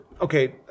Okay